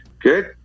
Good